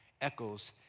echoes